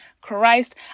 Christ